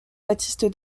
baptiste